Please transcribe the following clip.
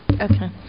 okay